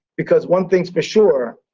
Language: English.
because one thing's for sure,